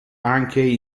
anche